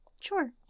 sure